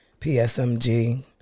PSMG